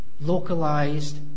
localized